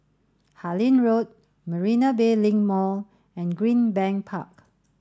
Harlyn Road Marina Bay Link Mall and Greenbank Park